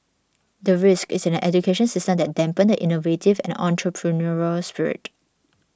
the risk is an education system that dampen the innovative and entrepreneurial spirit